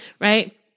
right